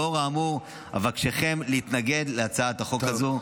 לאור האמור, אבקשכם להתנגד להצעת החוק הזו.